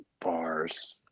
bars